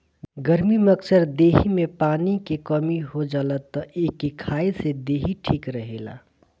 गरमी में अक्सर देहि में पानी के कमी हो जाला तअ एके खाए से देहि ठीक रहेला